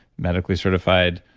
medically certified,